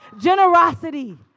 generosity